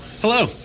Hello